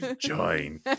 join